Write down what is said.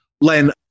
Len